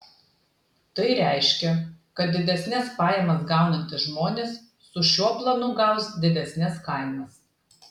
tai reiškia kad didesnes pajamas gaunantys žmonės su šiuo planu gaus didesnes kainas